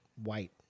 white